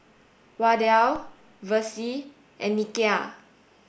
Wardell Versie and Nikia